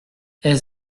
est